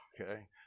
okay